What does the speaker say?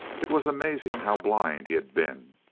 it was amazing how blind he had been.